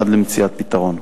עד למציאת פתרון.